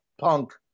punk